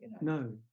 No